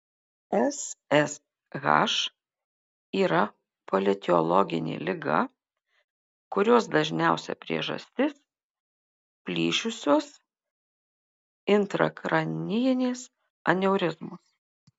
ssh yra polietiologinė liga kurios dažniausia priežastis plyšusios intrakranijinės aneurizmos